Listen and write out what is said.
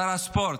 שר הספורט,